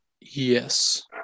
Yes